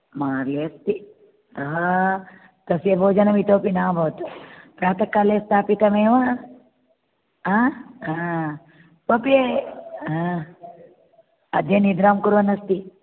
मारि अस्ति सः तस्य भोजनमितोपि नाभवत् प्रातःकाले उत्तापितमेव आ हा पप्ये हा अद्य निद्रां कुर्वन्नस्ति